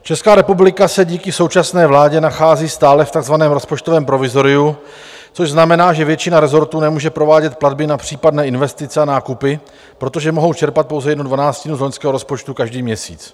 Česká republika se díky současné vládě nachází stále v takzvaném rozpočtovém provizoriu, což znamená, že většina resortů nemůže provádět platby na případné investice a nákupy, protože mohou čerpat pouze jednu dvanáctinu z loňského rozpočtu každý měsíc.